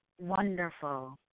Wonderful